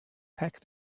pack